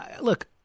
Look